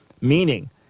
Meaning